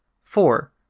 Four